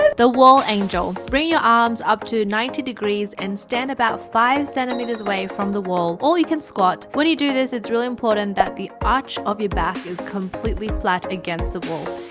the wall angel bring your arms up to ninety degrees and stand about five centimeters away from the wall, or you can squat, what do you do this it's really important that the arch of your back is completely flat against the wall,